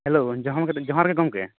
hello ᱡᱚᱦᱟᱨ ᱜᱮ ᱡᱚᱦᱟᱨᱜᱮ ᱜᱚᱢᱠᱮ